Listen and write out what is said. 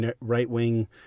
right-wing